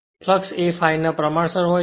flux એ ∅ ના પ્રમાણસર હોય છે